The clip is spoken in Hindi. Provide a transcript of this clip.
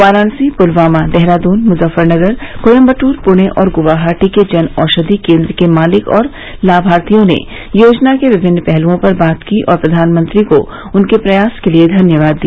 वाराणसी पुलवामा देहरादून मुजफ्फरपुर कोयम्बटूर पुणे और गुवाहाटी के जनऔषधि केन्द्र के मालिक और लाभार्थियों ने योजना के विभिन्न पहलुओं पर बात की और प्रधानमंत्री को उनके प्रयास के लिए धन्यवाद दिया